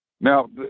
now